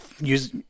use